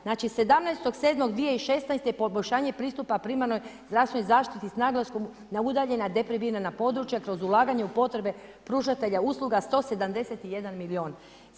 Znači 17.7.2016. poboljšanje pristupa primarnoj zdravstvenoj zaštiti s naglaskom na udaljena „depribrilana“ …/nejasno izgovorena riječ../ područja kroz ulaganja u potrebe pružatelja usluga 171 milion.